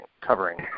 covering